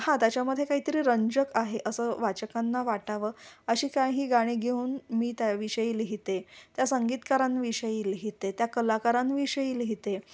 हा त्याच्यामध्ये काहीतरी रंजक आहे असं वाचकांना वाटावं अशी काही गाणी घेऊन मी त्याविषयी लिहिते त्या संगीतकारांविषयी लिहिते त्या कलाकारांविषयी लिहिते